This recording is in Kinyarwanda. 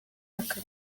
aka